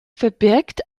verbirgt